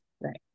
Right